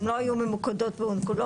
הן לא יהיו ממוקדות באונקולוגיה,